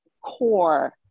core